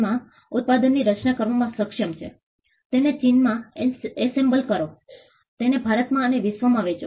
માં ઉત્પાદનની રચના કરવામાં સક્ષમ છે તેને ચીનમાં એસેમ્બલ કરો તેને ભારતમાં અને વિશ્વભરમાં વેચો